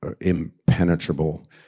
impenetrable